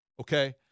Okay